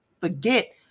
forget